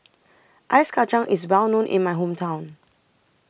Ice Kachang IS Well known in My Hometown